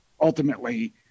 ultimately